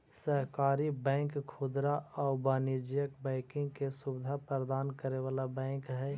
सहकारी बैंक खुदरा आउ वाणिज्यिक बैंकिंग के सुविधा प्रदान करे वाला बैंक हइ